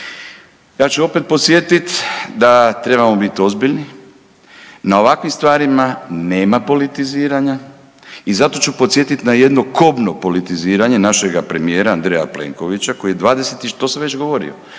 Ja ću opet podsjetiti da trebamo biti ozbiljni. Na ovakvim stvarima nema politiziranja i zato ću podsjetiti na jedno kobno politiziranje našega premijera Andreja Plenkovića koji je to sam već i govorio